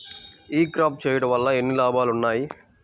ఈ క్రాప చేయుట వల్ల ఎన్ని లాభాలు ఉన్నాయి?